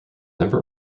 never